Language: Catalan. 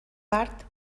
part